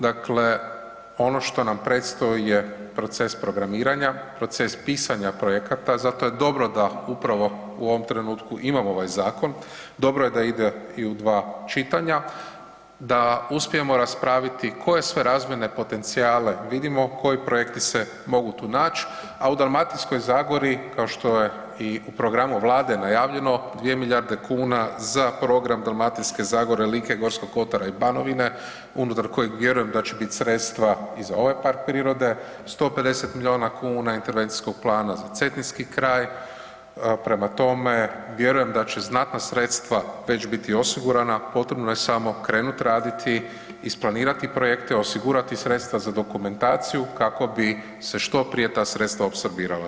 Dakle ono što nam predstoji je proces programiranja, proces pisanja projekata, zato je dobro da upravo u ovom trenutku imamo ovaj zakon, dobro je da ide u dva čitanja, da uspijemo raspraviti koje sve razvoje potencijale vidimo, koji projekti se mogu tu nać a u Dalmatinskoj zagori, kao što je i u programu Vlade najavljeno, 2 milijarde kuna za program Dalmatinske zagore, Like i G. kotara i Banovine unutar kojeg vjerujem da će biti sredstva i za ovaj park prirode, 150 milijuna kuna intervencijskog plana za cetinski kraj prema tome, vjerujem da će znatna sredstva već biti osigurana, potrebno je samo krenuti raditi, isplanirati projekte, osigurati sredstva za dokumentaciju kako bi se što prije ta sredstva apsorbirala.